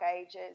ages